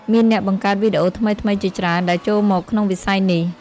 មានអ្នកបង្កើតវីដេអូថ្មីៗជាច្រើនដែលចូលមកក្នុងវិស័យនេះ។